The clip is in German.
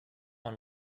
man